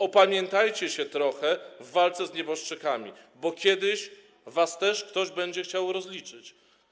Opamiętajcie się trochę w walce z nieboszczykami, bo kiedyś was też ktoś będzie chciał rozliczyć.